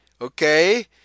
Okay